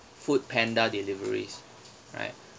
foodpanda deliveries right